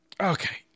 Okay